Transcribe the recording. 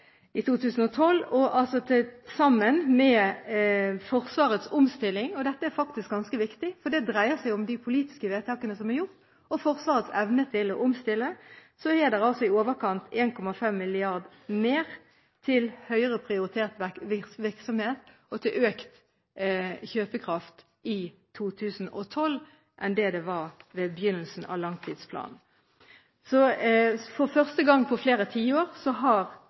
Til sammen, med Forsvarets omstilling – og dette er faktisk ganske viktig, for det dreier seg om de politiske vedtakene som er gjort, og Forsvarets evne til å omstille – er det i overkant 1,5 mrd. kr mer til høyere prioritert virksomhet og til økt kjøpekraft i 2012 enn det var ved begynnelsen av langtidsplanens periode. Så for første gang på flere tiår har